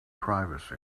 privacy